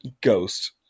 ghost